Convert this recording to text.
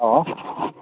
hello